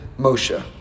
Moshe